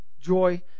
joy